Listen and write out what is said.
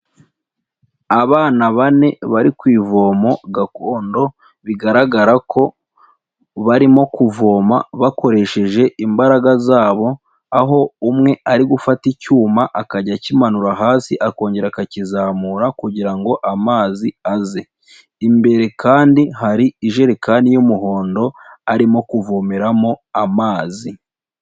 Abana bane bari kuvomo gakondo bigaragara ko barimo kuvoma bakoresheje imbaraga zabo, aho umwe ari gufata icyuma akajya akimanura hasi akongera akakizamura kugira ngo amazi aze, imbere kandi hari ijerekani y'umuhondo arimo kuvomeramo amazi.